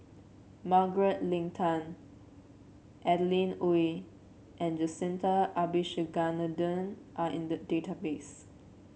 Margaret Leng Tan Adeline Ooi and Jacintha Abisheganaden are in the database